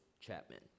Chapman